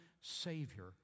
Savior